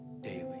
Daily